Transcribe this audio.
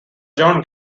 john